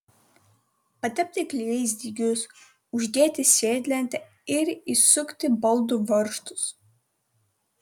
patepti klijais dygius uždėti sėdlentę ir įsukti baldų varžtus